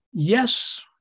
Yes